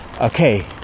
Okay